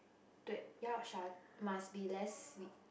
dui yao shao must be less sweet